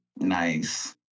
Nice